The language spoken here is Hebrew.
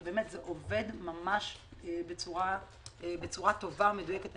וזה עובד בצורה טובה ומדויקת.